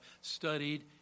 studied